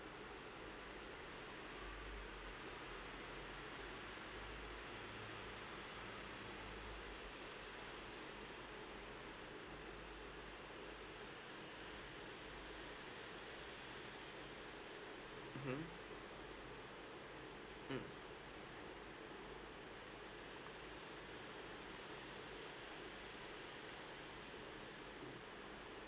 mmhmm mm